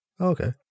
Okay